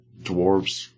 dwarves